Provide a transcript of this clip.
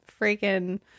freaking